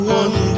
one